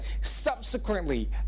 subsequently